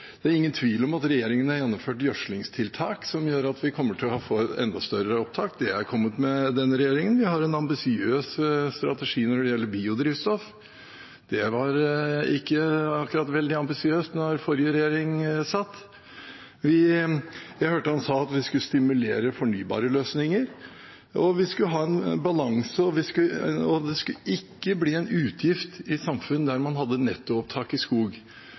Det er ingen tvil om at regjeringen har gjennomført gjødslingstiltak som gjør at vi kommer til å få enda større opptak. Det er kommet med denne regjeringen. Vi har en ambisiøs strategi når det gjelder biodrivstoff. Det var ikke akkurat veldig ambisiøst under den forrige regjeringen. Jeg hørte ham si at vi skulle stimulere til fornybare løsninger, vi skulle ha en balanse, og det skulle ikke bli en utgift i samfunn der man hadde nettoopptak i skog.